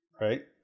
right